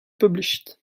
published